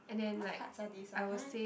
what cards are these ah can I